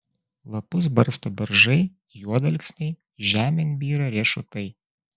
lapus barsto beržai juodalksniai žemėn byra riešutai